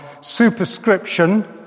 superscription